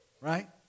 Right